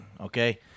okay